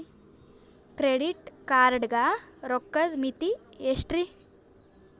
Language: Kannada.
ಕ್ರೆಡಿಟ್ ಕಾರ್ಡ್ ಗ ರೋಕ್ಕದ್ ಮಿತಿ ಎಷ್ಟ್ರಿ?